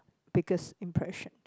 biggest impression